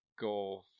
go